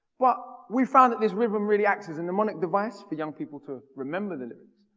well, we found that this rhythm really acts as a mnemonic device, for young people to remember the lyrics.